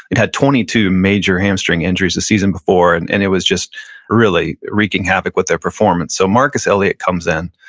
had twenty two major hamstring injuries the season before and and it was just really wreaking havoc with their performance. so, marcus elliot comes in.